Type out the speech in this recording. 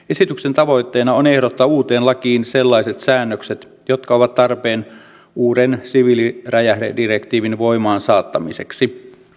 esityksen tavoitteena on ehdottaa uuteen lakiin sellaiset säännökset jotka ovat tarpeen uuden siviiliräjähdedirektiivin voimaansaattamiseksi